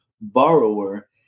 borrower